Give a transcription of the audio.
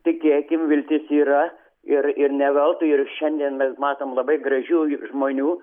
tikėkim viltis yra ir ir ne veltui ir šiandien mes matom labai gražių i žmonių